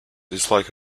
disliked